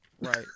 Right